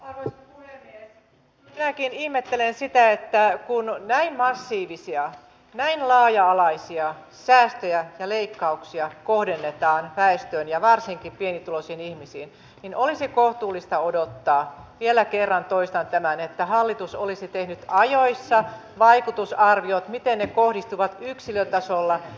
kyllä minäkin ihmettelen sitä että kun näin massiivisia näin laaja alaisia säästöjä ja leikkauksia kohdennetaan väestöön ja varsinkin pienituloisiin ihmisiin niin olisi kohtuullista odottaa vielä kerran toistan tämän että hallitus olisi tehnyt ajoissa vaikutusarviot miten ne kohdistuvat yksilötasolla ihmisiin